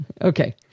Okay